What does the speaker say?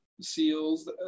seals